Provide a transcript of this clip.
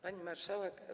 Pani Marszałek!